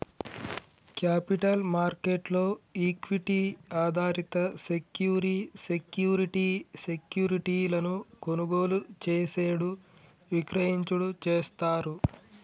capital market లో equity ఆధారిత సెక్యూరి సెక్యూరిటీ సెక్యూరిటీలను కొనుగోలు చేసేడు విక్రయించుడు చేస్తారు